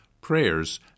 prayers